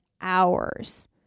hours